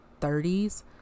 30s